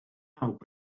pawb